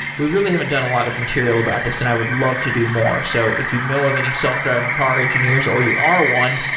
we really haven't done a lot of material about this and i would love to do more. so if you know of any self-driving car engineers, or you are one,